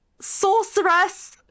sorceress